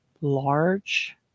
large